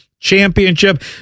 Championship